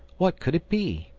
what could it be?